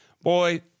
Boy